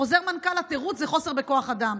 ובחוזר המנכ"ל התירוץ הוא חוסר בכוח אדם.